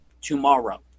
tomorrow